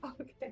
Okay